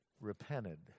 repented